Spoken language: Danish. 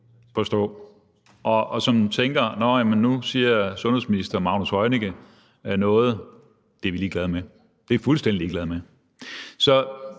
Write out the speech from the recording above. forstå, og som tænker: Nu siger sundhedsminister Magnus Heunicke noget, men det er vi ligeglade med, det er vi fuldstændig ligeglade med.